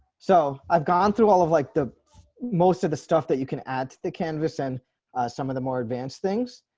so i've gone through all of like the most of the stuff that you can add to the canvas and some of the more advanced things